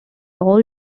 all